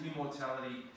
immortality